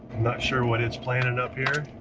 not sure what it's planin' up here.